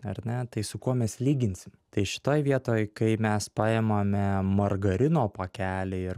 ar ne tai su kuo mes lyginsim tai šitoj vietoj kai mes paimame margarino pakelį ir